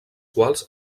quals